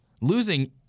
Losing